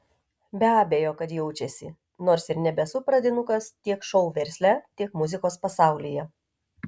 be abejo kad jaučiasi nors ir nebesu pradinukas tiek šou versle tiek muzikos pasaulyje